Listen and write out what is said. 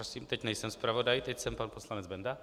Prosím, teď nejsem zpravodaj, teď jsem pan poslanec Benda.